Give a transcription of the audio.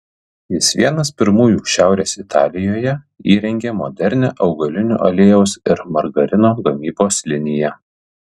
jis vienas pirmųjų šiaurės italijoje įrengė modernią augalinio aliejaus ir margarino gamybos liniją